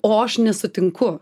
o aš nesutinku